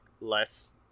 less